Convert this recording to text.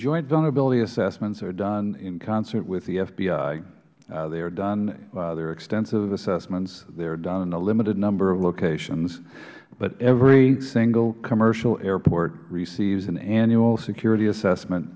vulnerability assessments are done in concert with the fbi they are done they're extensive assessments they are done in a limited number of locations but every single commercial airport receives an annual security assessment